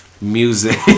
music